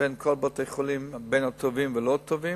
בין כל בתי-החולים, בין הטובים והלא-טובים,